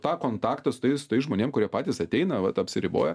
tą kontaktą su tais žmonėm kurie patys ateina vat apsiriboja